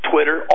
Twitter